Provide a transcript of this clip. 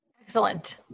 Excellent